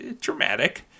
dramatic